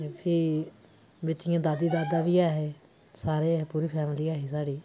फ्ही बिच इ'यां दादा दादी बी ऐ हे सारे ऐ हे पूरी फैमिली ऐही साढ़ी